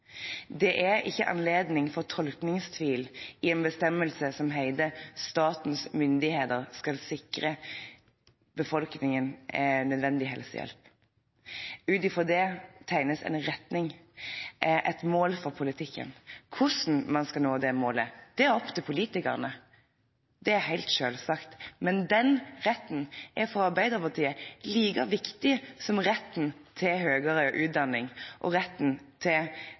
Det er ikke anledning til tolkningstvil i en bestemmelse som: «Statens myndigheter skal sikre befolkningen nødvendig helsehjelp.» Ut fra det tegnes en retning, et mål, for politikken. Hvordan man skal nå det målet, er opp til politikerne, det er helt selvsagt, men den retten er for Arbeiderpartiet like viktig som retten til høyere utdanning, retten til videregående utdanning og retten til